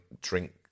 drink